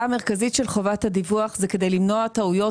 - בגלל שאין עבודה בפריפריה - לנסוע עד סוף העולם,